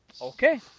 Okay